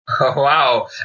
Wow